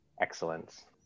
excellence